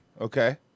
Okay